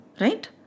right